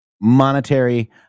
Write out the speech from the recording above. monetary